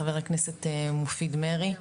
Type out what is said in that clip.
חבר הכנסת מופיד מרעי,